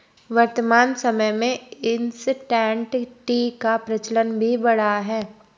वर्तमान समय में इंसटैंट टी का प्रचलन भी बढ़ा है